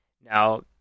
Now